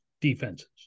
defenses